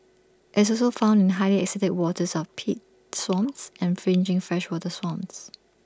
IT is also found in highly acidic waters of peat swamps and fringing freshwater swamps